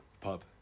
Pub